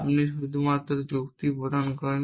আপনি শুধুমাত্র যুক্তি প্রদান করেন